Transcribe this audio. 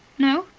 no?